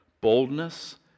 boldness